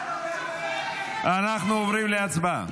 אנחנו עוברים להצבעה.